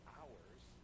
hours